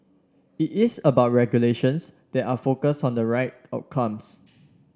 it is about regulations that are focused on the right outcomes